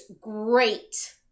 great